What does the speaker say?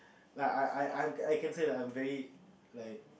like I I I I can say like I'm very like